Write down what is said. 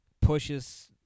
pushes